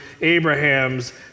Abraham's